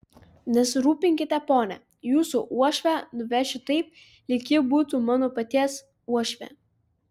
nesirūpinkite pone jūsų uošvę nuvešiu taip lyg ji būtų mano paties uošvė